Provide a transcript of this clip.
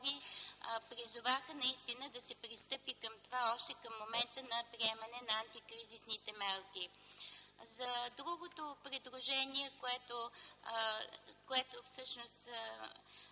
призоваха да се пристъпи към това още към момента на приемане на антикризисните мерки. Другото предложение, за което д-р